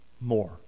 More